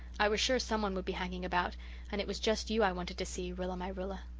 i was sure someone would be hanging about and it was just you i wanted to see, rilla-my-rilla.